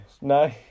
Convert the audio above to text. No